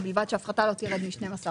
ובלבד שההפחתה לא תרד מ-12%.